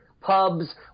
pubs